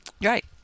Right